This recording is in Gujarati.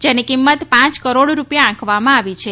જેની કિંમત પાંચ કરોડ રૂપિયા આંકવામાં આવી છે